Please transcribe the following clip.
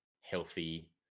healthy